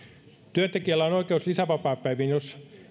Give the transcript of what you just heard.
työntekijällä on oikeus lisävapaapäiviin jos